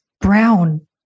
brown